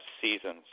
seasons